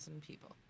people